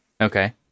okay